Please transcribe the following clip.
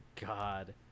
God